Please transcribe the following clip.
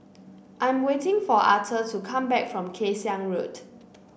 I'm waiting for Authur to come back from Kay Siang Road